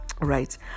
right